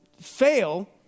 fail